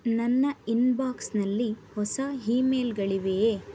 ನನ್ನ ಇನ್ಬಾಕ್ಸ್ನಲ್ಲಿ ಹೊಸ ಇಮೇಲ್ಗಳಿವೆಯೇ